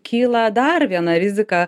kyla dar viena rizika